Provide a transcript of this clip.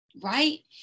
right